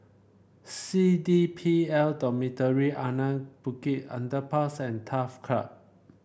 C D P L Dormitory Anak Bukit Underpass and Turf Club